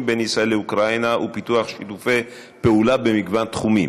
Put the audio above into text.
בין ישראל לאוקראינה ופיתוח שיתופי פעולה במגוון תחומים.